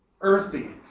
earthy